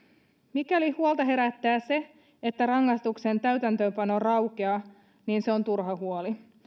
mikäli huolta herättää se että rangaistuksen täytäntöönpano raukeaa niin se on turha huoli